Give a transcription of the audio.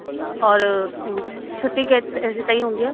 अच्छा और छुट्टी केतिरे बजे तईं हूंदी आहे